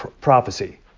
prophecy